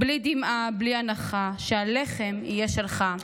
/ בלי דמעה, בלי אנחה / שהלחם יהיה שלך".